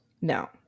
No